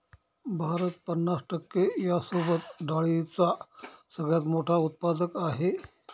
भारत पन्नास टक्के यांसोबत डाळींचा सगळ्यात मोठा उत्पादक आहे